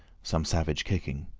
some savage kicking.